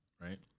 Right